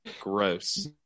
gross